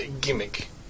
gimmick